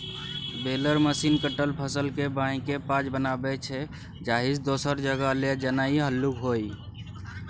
baler machine कटल फसलकेँ बान्हिकेँ पॉज बनाबै छै जाहिसँ दोसर जगह लए जेनाइ हल्लुक होइ